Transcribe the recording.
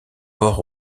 port